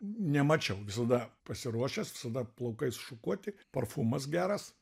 nemačiau visada pasiruošęs visada plaukai šukuoti parfumas geras